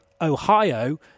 Ohio